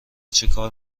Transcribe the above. چیکار